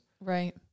Right